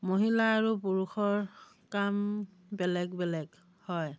মহিলা আৰু পুৰুষৰ কাম বেলেগ বেলেগ হয়